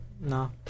no